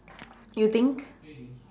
you think